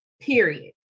Period